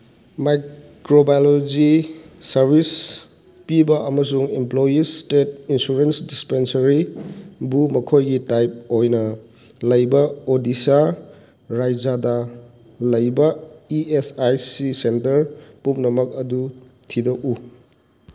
microbiology service ꯄꯤꯕ ꯑꯃꯁꯨꯡ employees state insurance ꯗꯤꯁꯄꯦꯟꯁꯔꯤꯕꯨ ꯃꯈꯣꯏꯒꯤ ꯇꯥꯏꯞ ꯑꯣꯏꯅ ꯂꯩꯕ ꯑꯣꯗꯤꯁꯥ ꯔꯥꯖ꯭ꯌꯥꯗ ꯂꯩꯕ E S I C centre ꯄꯨꯝꯅꯃꯛ ꯑꯗꯨ ꯊꯤꯗꯣꯛꯎ